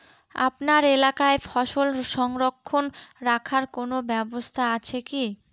আপনার এলাকায় ফসল সংরক্ষণ রাখার কোন ব্যাবস্থা আছে কি?